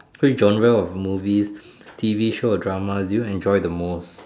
which genre of movies T_V show or dramas do you enjoy the most